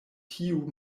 tiu